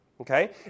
Okay